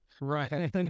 Right